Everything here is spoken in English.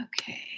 Okay